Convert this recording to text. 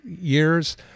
years